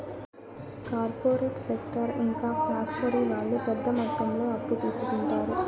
corporate sector ఇంకా factory వాళ్ళు పెద్ద మొత్తంలో అప్పు తీసుకుంటారు